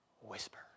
whisper